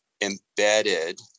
embedded